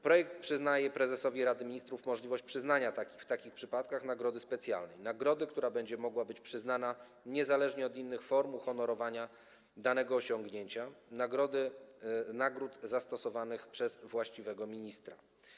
Projekt daje prezesowi Rady Ministrów możliwość przyznania w takich przypadkach nagrody specjalnej, nagrody, która będzie mogła być udzielona niezależnie od innych form uhonorowania danego osiągnięcia, nagród przydzielonych przez właściwego ministra.